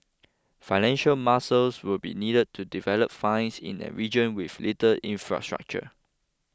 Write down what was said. financial muscles will be needed to develop finds in a region with little infrastructure